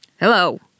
Hello